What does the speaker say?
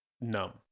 numb